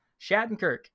Shattenkirk